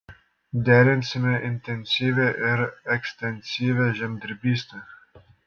derinsime intensyvią ir ekstensyvią žemdirbystę